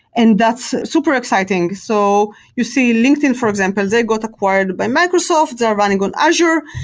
and that's super exciting. so you see linkedin, for example. they got acquired by microsoft. they're running on azure,